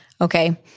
Okay